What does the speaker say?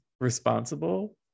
responsible